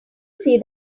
see